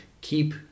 keep